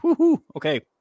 okay